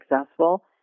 successful